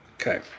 Okay